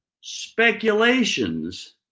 speculations